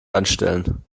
anstellen